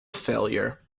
failure